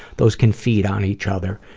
those can feed on each other.